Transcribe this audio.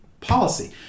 policy